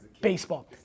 Baseball